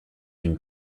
une